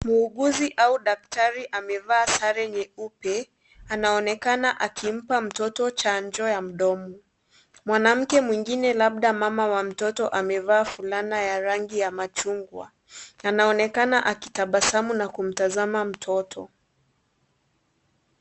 Muuguzi au daktari amevaa sare nyeupe akimpa mtoto chanjo ya mdomo. Mwanamke mwingine labda mama ya mtoto amevaa fulana ya rangi ya machungwa, anaonekana akitabasamu na kumtazama mtoto.